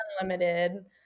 unlimited